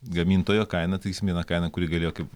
gamintojo kaina tai jis mina kaina kuri galėjo kaip